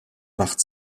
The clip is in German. macht